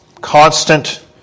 constant